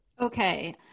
Okay